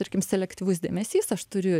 tarkim selektyvus dėmesys aš turiu